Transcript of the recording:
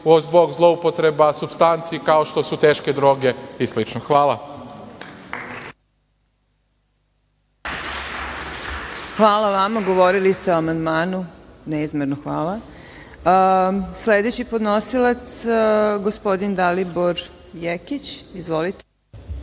zbog zloupotreba supstanci kao što su teške droge i slično. Hvala. **Marina Raguš** Hvala vama. Govorili ste o amandmanu. Neizmerno hvala. Sledeći podnosilac, gospodin Dalibor Jekić. Izvolite.